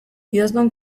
idazlan